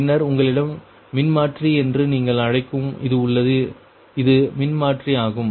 பின்னர் உங்களிடம் மின்மாற்றி என்று நீங்கள் அழைக்கும் இது உள்ளது இது மின்மாற்றி ஆகும்